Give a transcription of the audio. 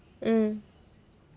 mm